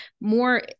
more